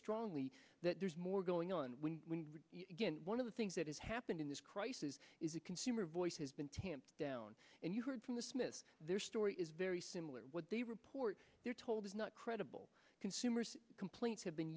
strongly that there's more going on when one of the things that has happened in this crisis is a consumer voice has been tamped down and you heard from the smiths their story is very similar what they report they are told credible consumers complaints have been